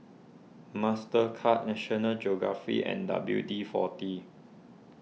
Mastercard National Geographic and W D forty